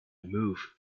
move